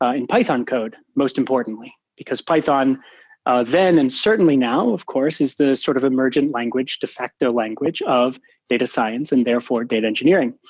ah in python code most importantly, because python then and certainly now, of course, is the sort of emergent language, de fact ah language of data science, and therefore data engineering.